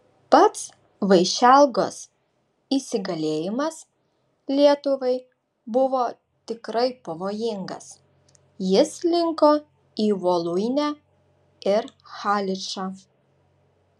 pats vaišelgos įsigalėjimas lietuvai buvo tikrai pavojingas jis linko į voluinę ir haličą